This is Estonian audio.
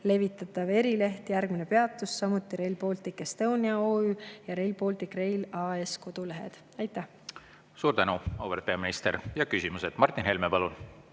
levitatav erileht Järgmine Peatus, samuti Rail Baltic Estonia OÜ ja RB Rail AS kodulehed. Aitäh! Suur tänu, auväärt peaminister! Ja küsimused. Martin Helme,